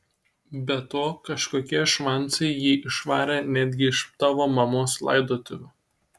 be to kažkokie švancai jį išvarė netgi iš tavo mamos laidotuvių